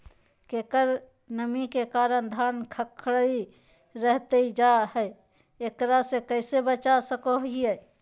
केकर कमी के कारण धान खखड़ी रहतई जा है, एकरा से कैसे बचा सको हियय?